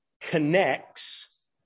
connects